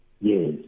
Yes